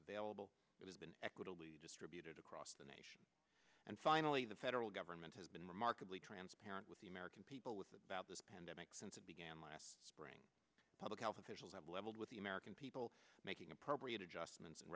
available it has been equitably distributed across the nation and finally the federal government has been remarkably transparent with the american people with about this pandemic since it began last spring public health officials have leveled with the american people making appropriate adjustments and